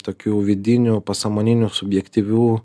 tokių vidinių pasąmoninių subjektyvių